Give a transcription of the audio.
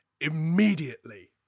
immediately